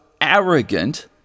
arrogant